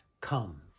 come